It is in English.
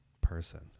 person